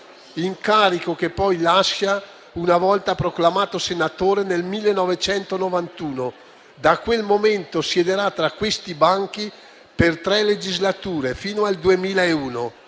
incarico che poi lascia una volta proclamato senatore nel 1991. Da quel momento, siederà tra questi banchi per tre legislature, fino al 2001.